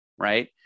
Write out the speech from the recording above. right